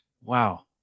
Wow